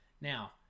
Now